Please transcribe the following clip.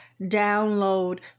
download